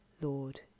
Lord